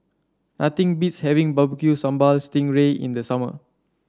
nothing beats having Barbecue Sambal Sting Ray in the summer